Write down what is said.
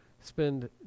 spend